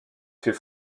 fait